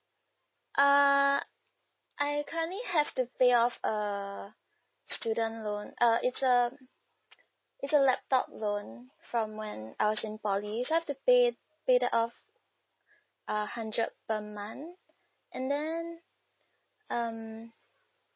uh I currently have to pay off a student loan uh it's a it's a laptop loan from when I was in poly so I have to pay pay that off a hundred per month and then um